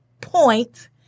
point